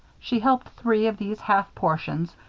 she helped three of these half-portions,